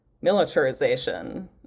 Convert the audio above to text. militarization